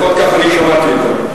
לפחות כך אני שמעתי אותם.